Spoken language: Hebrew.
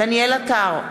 דניאל עטר,